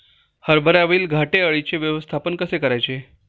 हरभऱ्यावरील घाटे अळीचे व्यवस्थापन कसे करायचे?